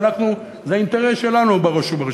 וזה האינטרס שלנו בראש ובראשונה.